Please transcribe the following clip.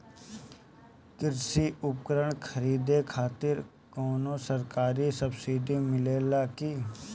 कृषी उपकरण खरीदे खातिर कउनो सरकारी सब्सीडी मिलेला की?